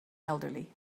elderly